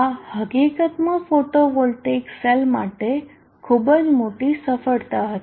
આ હકીકતમાં photovoltaic cell માટે ખૂબ જ મોટી સફળતા હતી